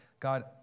God